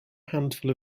handful